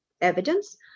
evidence